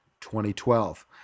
2012